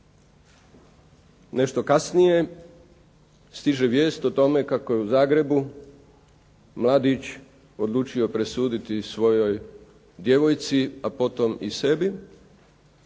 Nešto kasnije stiže vijest o tome kako je u Zagrebu mladić odlučio presuditi svojoj djevojci, a potom i sebi